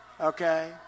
okay